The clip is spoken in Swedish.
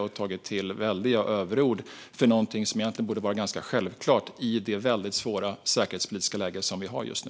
Man har tagit till väldiga överord om något som egentligen borde vara ganska självklart i det svåra säkerhetspolitiska läge vi har just nu.